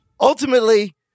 Ultimately